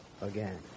again